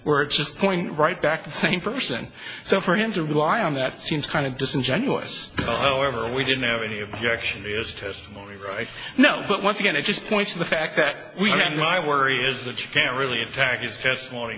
we're just point right back to the same person so for him to rely on that seems kind of disingenuous oh ever we didn't have any objection is testimony i know but once again it just points to the fact that we've got my worry is that you can't really attack his testimony